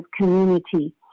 community